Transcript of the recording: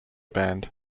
band